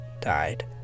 died